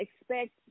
expect